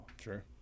sure